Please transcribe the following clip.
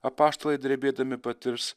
apaštalai drebėdami patirs